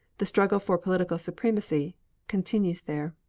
the struggle for political supremacy continues there.